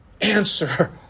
answer